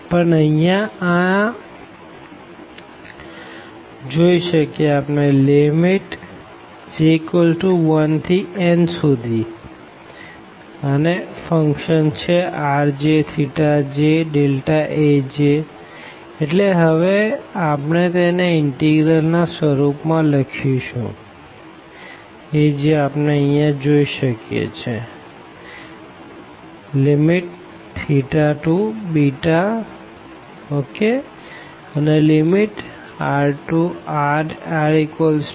પણ અહિયાં આ j1nfrjj Aj છેએટલે હવે આપણે તેને ઇનટીગ્રલ ના સ્વરૂપ માં લખીશું θαrr1rr2frθrdrdθ